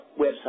website